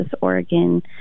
Oregon